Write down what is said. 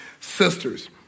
sisters